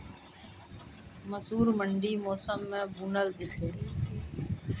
मसूर ठंडी मौसम मे बूनल जेतै?